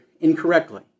incorrectly